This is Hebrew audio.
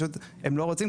אבל הם לא רוצים,